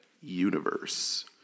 Universe